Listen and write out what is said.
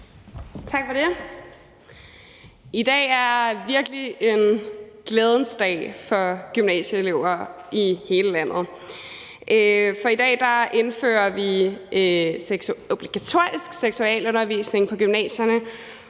Tak for det. I dag er virkelig en glædens dag for gymnasieelever i hele landet, for i dag indfører vi obligatorisk seksualundervisning på gymnasierne,